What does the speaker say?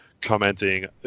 commenting